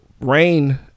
rain